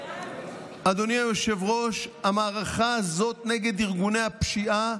אדוני היושב-ראש, המערכה הזאת נגד ארגוני הפשיעה